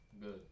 good